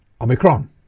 omicron